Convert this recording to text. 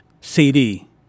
CD